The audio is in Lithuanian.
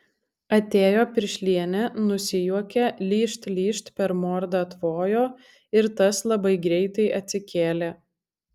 atėjo piršlienė nusijuokė lyžt lyžt per mordą tvojo ir tas labai greitai atsikėlė